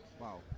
Wow